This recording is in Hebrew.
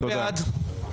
מי בעד?